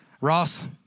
Ross